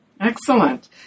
Excellent